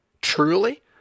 truly